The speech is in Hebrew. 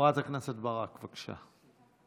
חברת הכנסת ברק, בבקשה.